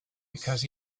because